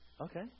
okay